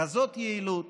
בכזאת יעילות.